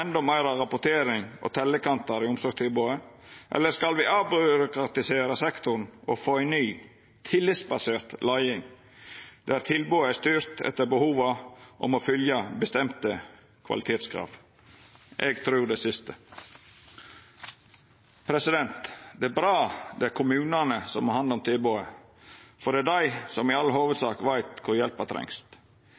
rapportering og teljekantar i omsorgstilbodet, eller skal me avbyråkratisera sektoren og få ei ny, tillitsbasert leiing der tilbodet er styrt etter behova og må følgja bestemde kvalitetskrav? Eg trur det siste. Det er bra det er kommunane som har hand om tilbodet, for